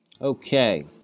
Okay